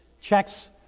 checks